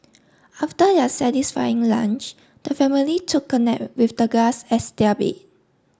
after their satisfying lunch the family took a nap with the grass as their bed